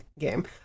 game